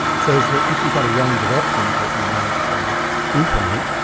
says that if you've got a range of options that you might implement,